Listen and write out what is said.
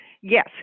yes